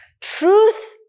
Truth